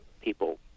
people